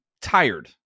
tired